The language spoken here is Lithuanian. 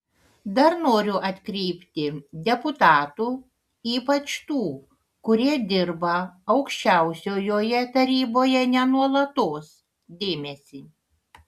dar noriu atkreipti deputatų ypač tų kurie dirba aukščiausiojoje taryboje ne nuolatos dėmesį